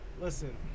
Listen